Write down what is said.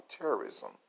terrorism